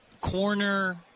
corner